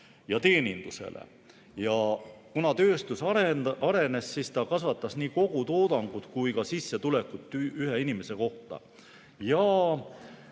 ja teeninduse järele. Kuna tööstus arenes, siis ta kasvatas nii kogutoodangut kui ka sissetulekut ühe inimese kohta.